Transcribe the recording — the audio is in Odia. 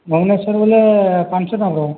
ଭୁବନେଶ୍ୱର ଗଲେ ପାଁ ଶହ ଟଙ୍କା ପଡ଼୍ବା